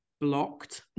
blocked